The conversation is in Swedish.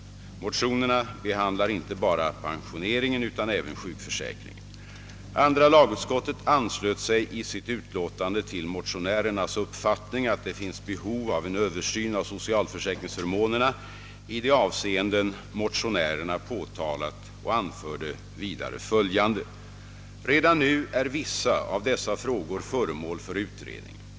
Motionerna behandlar inte bara pensioneringen utan även sjukförsäkringen. Andra lagutskottet anslöt sig i sitt utlåtande till motionärernas uppfattning att det finns behov av en översyn av socialförsäkringsförmånerna i de avseenden motionärerna påtalat och anförde vidare följande: »Redan nu är vissa av dessa frågor föremål för utredning.